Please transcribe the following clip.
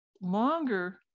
longer